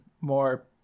more